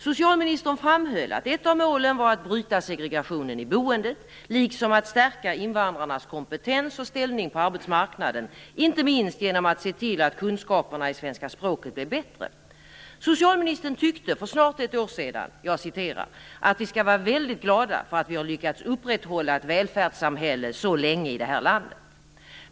Socialministern framhöll att ett av målen var att bryta segregationen i boendet, liksom att stärka invandrarnas kompetens och ställning på arbetsmarknaden - inte minst genom att se till att kunskaperna i svenska språket blev bättre. Socialministern tyckte för snart ett år sedan att "vi skall vara väldigt glada för att vi har lyckats upprätthålla ett välfärdssamhälle så länge i det här landet".